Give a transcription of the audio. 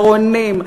ברונים,